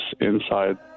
inside